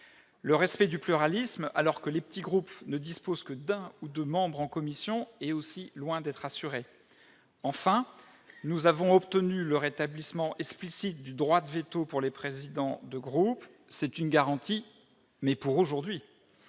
le respect du pluralisme, alors que les petits groupes ne dispose que d'un ou 2 membres en commission et aussi loin d'être assurée, enfin, nous avons obtenu le rétablissement explicite du droit de véto pour les présidents de groupe, c'est une garantie, mais pour aujourd'hui,